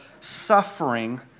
suffering